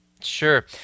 Sure